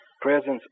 presence